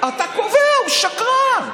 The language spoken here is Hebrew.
אתה קובע: הוא שקרן.